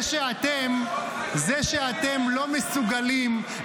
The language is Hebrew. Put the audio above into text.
זה שאתם לא מסוגלים,